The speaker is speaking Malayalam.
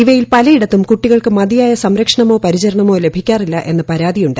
ഇവയിൽ പലയിടത്തും കുട്ടികൾക്ക് മതിയായ സംരക്ഷണമോ പരിചരണമോ ലഭിക്കാറില്ല എന്ന് പരാതിയുണ്ട്